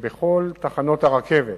שבכל תחנות הרכבת